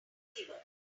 receiver